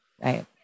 right